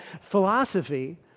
philosophy